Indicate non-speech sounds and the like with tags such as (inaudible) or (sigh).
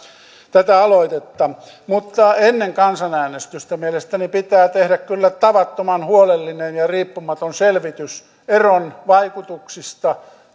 tätä aloitetta mutta ennen kansanäänestystä mielestäni pitää tehdä kyllä tavattoman huolellinen ja riippumaton selvitys eron vaikutuksista (unintelligible)